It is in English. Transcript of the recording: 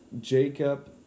Jacob